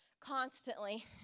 constantly